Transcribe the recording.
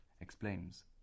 explains